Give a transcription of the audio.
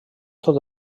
tot